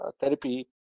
therapy